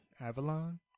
Avalon